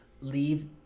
leave